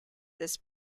this